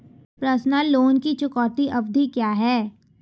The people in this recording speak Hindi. पर्सनल लोन की चुकौती अवधि क्या है?